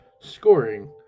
Scoring